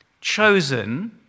chosen